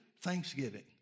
thanksgiving